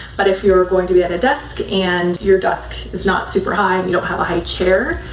but if you are going to be at a desk and your desk is not super high, and you don't have a high chair,